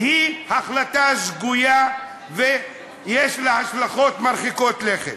היא החלטה שגויה ויש לה השלכות מרחיקות לכת.